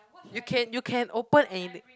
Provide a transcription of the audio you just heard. you can you can open and